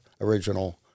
original